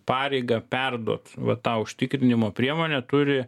pareigą perduot va tą užtikrinimo priemonę turi